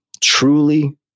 truly